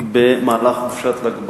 במהלך חופשת ל"ג בעומר,